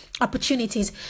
opportunities